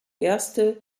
erste